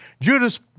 Judas